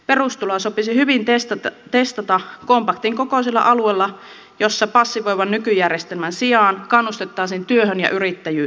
perustuloa sopisi hyvin testata kompaktin kokoisella alueella jossa passivoivan nykyjärjestelmän sijaan kannustettaisiin työhön ja yrittäjyyteen